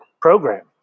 program